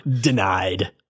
denied